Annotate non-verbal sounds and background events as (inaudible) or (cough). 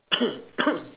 (coughs)